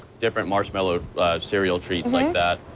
different marshmallow cereal treats like that.